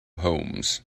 homes